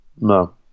No